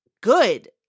good